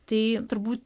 tai turbūt